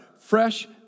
fresh